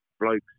blokes